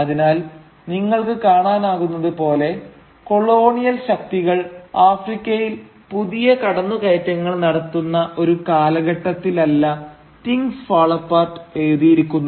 അതിനാൽ നിങ്ങൾക്ക് കാണാനാകുന്നത് പോലെ കൊളോണിയൽ ശക്തികൾ ആഫ്രിക്കയിൽ പുതിയ കടന്നുകയറ്റങ്ങൾ നടത്തുന്ന ഒരു കാലഘട്ടത്തിലല്ല തിങ്ങ്സ് ഫാൾ അപ്പാർട്ട് എഴുതിയിരിക്കുന്നത്